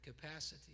capacity